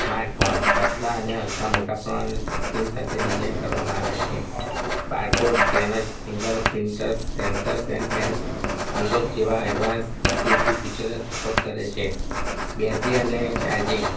smart phone પતલા અને હલકા મોટા પ્રમાણની સ્ક્રીન સાથે ડિઝાઇન કરવામાં આવ્યાં છે barcode scanners finger printers sensor and face unlock જેવા એડવાન્સ સિક્યોરીટી ફીચરને સપોર્ટ કરે છે બેટરી અને ચાર્જિંગ